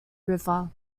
river